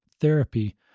therapy